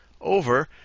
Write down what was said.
over